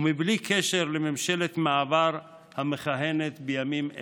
ובלי קשר לממשלת המעבר המכהנת בימים אלה.